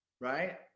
right